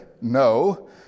no